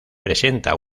presenta